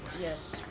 Yes